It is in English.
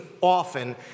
often